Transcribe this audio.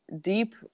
deep